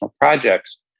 projects